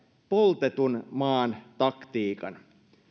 poltetun maan taktiikan